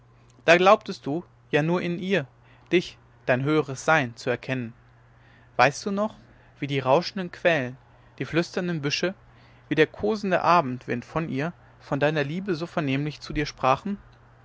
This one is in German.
da glaubtest du ja nur in ihr dich dein höheres sein zu erkennen weißt du noch wie die rauschenden quellen die flüsternden büsche wie der kosende abendwind von ihr von deiner liebe so vernehmlich zu dir sprachen